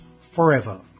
forever